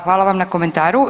Hvala vam na komentaru.